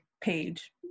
page